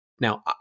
Now